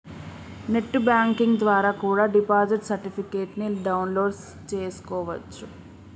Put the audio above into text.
net banking ద్వారా కూడా deposit certificates ని డౌన్ లోడ్ చేస్కోవచ్చు